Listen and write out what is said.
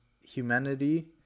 humanity